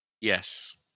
Yes